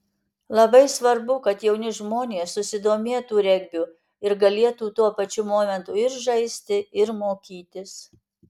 labai svarbu kad jauni žmonės susidomėtų regbiu ir galėtų tuo pačiu momentu ir žaisti ir mokytis